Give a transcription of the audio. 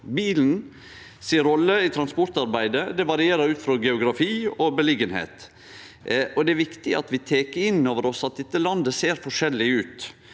Bilen si rolle i transportarbeidet varierer ut frå geografi og plassering, og det er viktig at vi tek inn over oss at landet ser forskjellig ut.